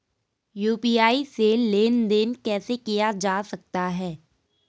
UPI से लेनदेन कैसे किया जा सकता है?